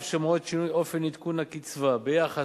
ואף שמועד שינוי אופן עדכון הקצבה ביחס